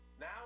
Now